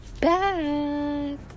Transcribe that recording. back